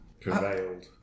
prevailed